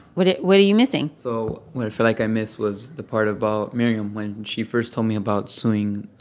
what ah what are you missing? so what i feel like i missed was the part about miriam when she first told me about suing